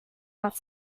not